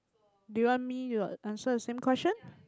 do you want me to answer the same question